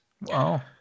Wow